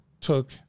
took –